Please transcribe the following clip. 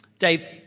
Dave